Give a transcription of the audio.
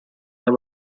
alla